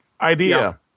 idea